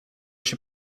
się